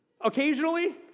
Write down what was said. occasionally